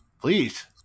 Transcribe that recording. Please